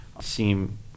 seem